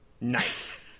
Nice